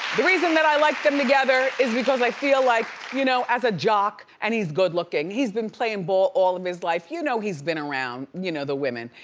the reason that i like them together is because, i feel like you know as a jock, and he's good looking, he's been playing ball all of his life. you know, he's been around you know the women.